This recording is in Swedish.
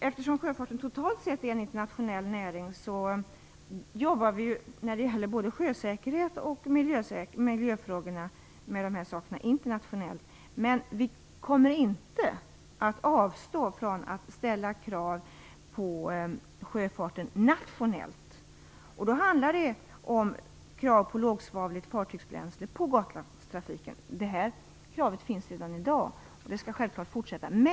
Eftersom sjöfarten totalt sett är en internationell näring, jobbar vi internationellt med både sjösäkerheten och miljöfrågorna. Vi kommer inte att avstå från att ställa krav på sjöfarten nationellt. Det handlar om krav på lågsvavligt fartygsbränsle på Gotlandstrafiken. Det här kravet finns redan i dag, och det skall självfallet fortsätta att drivas.